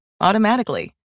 automatically